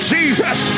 Jesus